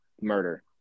murder